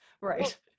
right